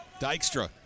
Dykstra